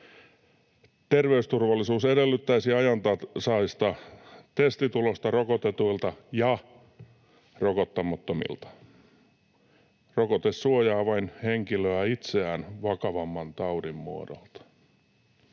Terveysturvallisuus edellyttäisi ajantasaista testitulosta rokotetuilta ja rokottamattomilta. Rokote suojaa vain henkilöä itseään vakavamman taudin muodolta.